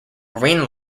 green